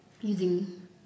using